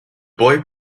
boy